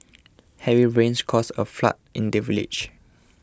heavy rains caused a flood in the village